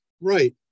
Right